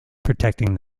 protecting